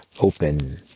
open